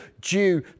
due